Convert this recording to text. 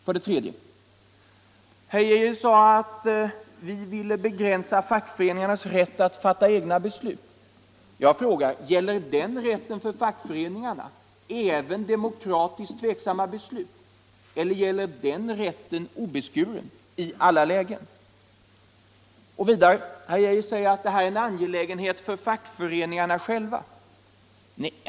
För det tredje: Herr Geijer påstod att vi vill begränsa fackföreningarnas rätt att fatta egna beslut. Jag frågar: Gäller denna fackföreningarnas beslutsrätt även demokratiskt tveksamma beslut, gäller den rätten obeskuren i alla lägen? För det fjärde: Herr Geijer säger att detta är en angelägenhet för fackföreningarna själva.